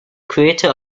creator